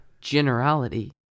generality